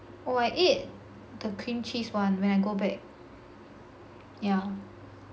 oh I ate the cream cheese [one] when I go back yeah